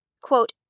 quote